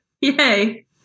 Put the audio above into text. yay